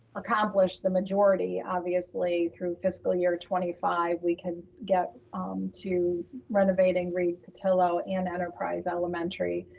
accomplish the majority, obviously through fiscal year twenty five, we can get um to renovating read-patillo and enterprise elementary,